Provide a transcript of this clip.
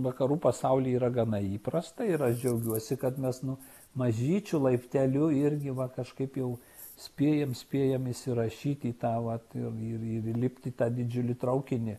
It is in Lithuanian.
vakarų pasauly yra gana įprasta ir aš džiaugiuosi kad mes nu mažyčiu laipteliu irgi va kažkaip jau spėjam spėjam įsirašyti į tą vat ir ir įlipti į tą didžiulį traukinį